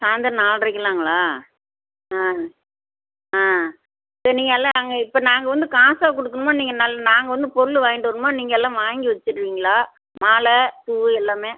சாய்ந்தரோம் நால்ரைக்கிலாங்களா ஆ ஆ சரி நீங்கள் எல்லா நாங்கள் இப்போ நாங்கள் வந்து காசாக் கொடுக்கணுமா நீங்கள் நல் நாங்கள் வந்து பொருள் வாங்கிட்டு வரணுமா நீங்கள் எல்லாம் வாங்கி வச்சுருவீங்களா மாலைப் பூ எல்லாமே